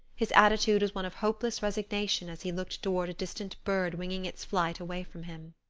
his attitude was one of hopeless resignation as he looked toward a distant bird winging its flight away from him.